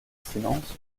silence